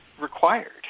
required